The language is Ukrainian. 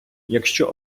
якщо